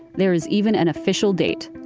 there's even an official date,